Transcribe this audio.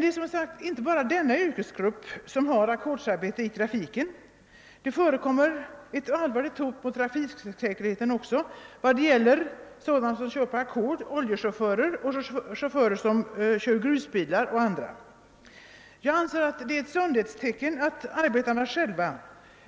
Det är inte bara denna yrkesgrupp som har ackordsarbete i trafiken; även de chaufförer som kör oljebilar, grusbilar etc. arbetar på ackord och innebär ett allvarligt hot mot trafiksäkerheten. Det är ett sundhetstecken att chaufförerna själva